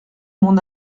mon